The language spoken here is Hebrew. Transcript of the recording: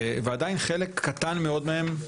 ועדיין חלק קטן מאוד מהם,